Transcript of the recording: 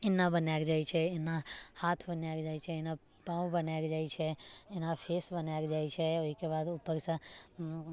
एना बनाएल जाइत छै एना हाथ बनाएल जाइत छै एना पाँव बनाएल जाइत छै एना फेस बनाएल जाइत छै ओहिके बाद ऊपर से